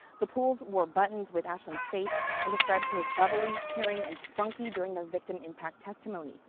the polls were buttons with ash and space and described her as bubbly caring and spunky during the victim impact testimony.